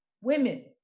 women